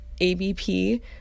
ABP